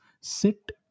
Sit